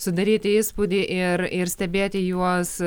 sudaryti įspūdį ir ir stebėti juos